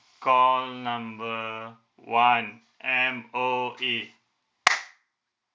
call number one M_O_E